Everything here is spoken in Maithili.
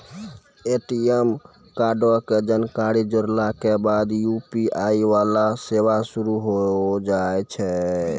ए.टी.एम कार्डो के जानकारी जोड़ला के बाद यू.पी.आई वाला सेवा शुरू होय जाय छै